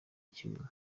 ikibuno